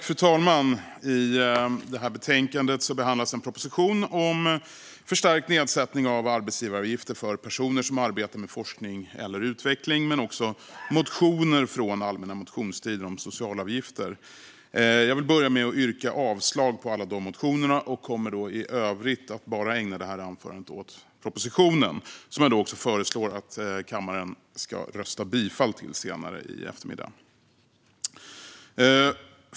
Fru talman! I betänkandet behandlas en proposition om förstärkt nedsättning av arbetsgivaravgifter för personer som arbetar med forskning eller utveckling men också motioner från allmänna motionstiden om socialavgifter. Jag vill börja med att yrka avslag på alla dessa motioner. I övrigt kommer jag bara att ägna detta anförande åt propositionen, som jag föreslår att kammaren ska bifalla senare i eftermiddag.